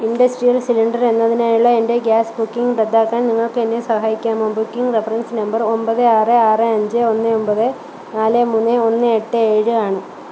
industrial cylinder എന്നതിനായുള്ള എൻ്റെ gas booking റദ്ദാക്കാൻ നിങ്ങൾക്ക് എന്നെ സഹായിക്കാമോ ബുക്കിംഗ് റെഫറൻസ് നമ്പർ ഒൻപത് ആറ് ആറ് അഞ്ച് ഒന്ന് ഒൻപത് നാല് മൂന്ന് ഒന്ന് എട്ട് ഏഴ് ആണ്